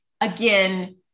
again